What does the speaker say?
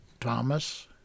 Thomas